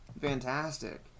fantastic